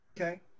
Okay